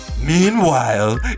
Meanwhile